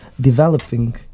developing